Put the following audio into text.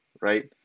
Right